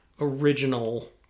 original